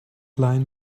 line